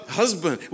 husband